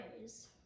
ways